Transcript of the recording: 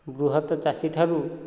ବୃହତ ଚାଷୀ ଠାରୁ